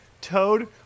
Toad